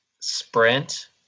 Sprint